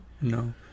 No